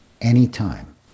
Anytime